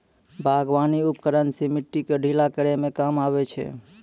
बागबानी उपकरन सें मिट्टी क ढीला करै म काम आबै छै